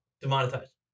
demonetized